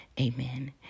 Amen